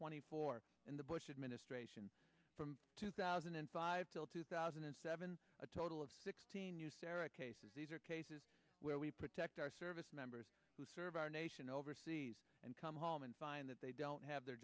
twenty four in the bush administration from two thousand and five till two thousand and seven a total of sixteen years there are cases these are cases where we protect our servicemembers who serve our nation overseas and come home and find that they don't have their